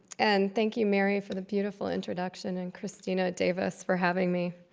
and thank you, mary, for the beautiful introduction, and christina davis for having me.